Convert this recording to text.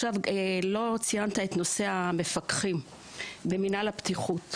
לא ציינת את נושא המפקחים במינהל הבטיחות והבריאות.